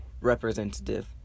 representative